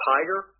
Tiger